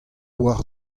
war